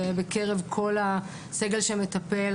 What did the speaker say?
ובקרב כל הסגל שמטפל,